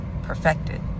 perfected